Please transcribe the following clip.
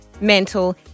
mental